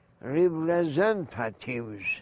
Representatives